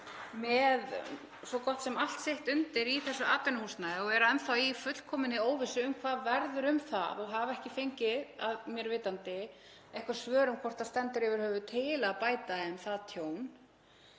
með svo gott sem allt sitt undir í þessu atvinnuhúsnæði og eru enn þá í fullkominni óvissu um hvað verður um það og hafa ekki fengið, að mér vitandi, nein svör um hvort yfir höfuð stendur til að bæta þeim það tjón.